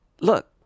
look